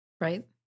right